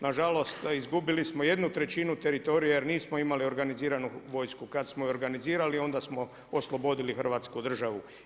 Nažalost izgubili smo jednu trećinu teritorija jer nismo imali organiziranu vojsku, kada smo ju organizirali onda smo oslobodili Hrvatsku državu.